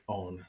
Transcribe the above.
on